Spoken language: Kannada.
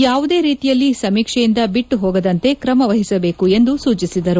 ಯಾವುದೇ ರೀತಿಯಲ್ಲಿ ಸಮೀಕ್ಷೆಯಿಂದ ಬಿಟ್ಟು ಹೋಗದಂತೆ ಕ್ರಮವಹಿಸಬೇಕು ಎಂದು ಸೂಚಿಸಿದರು